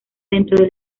dentro